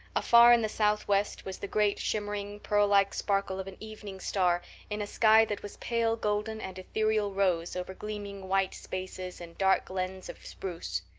afar in the southwest was the great shimmering, pearl-like sparkle of an evening star in a sky that was pale golden and ethereal rose over gleaming white spaces and dark glens of spruce.